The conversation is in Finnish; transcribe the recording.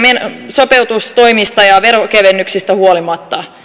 sopeutustoimista ja veronkevennyksistä huolimatta